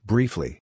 Briefly